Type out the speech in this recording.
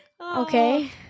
okay